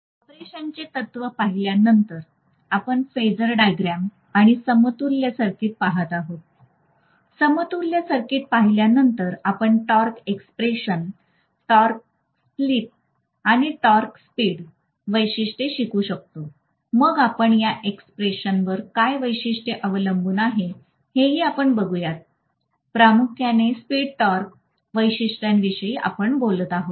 ऑपरेशनचे तत्त्व पाहिल्यानंतर आपण फेझर डायग्राम आणि समतुल्य सर्किट पहात आहोत समतुल्य सर्किट पाहिल्यानंतर आपण टॉर्क एक्स्प्रेशन टॉर्क स्लिप किंवा टॉर्क स्पीड वैशिष्ट्ये शिकू शकतो मग आपण या एक्स्प्रेशन वर काय वैशिष्ट्ये अवलंबून आहे हे हि आपण बघुयात आपण प्रामुख्याने स्पीड टॉर्क वैशिष्ट्यांविषयी बोलत आहोत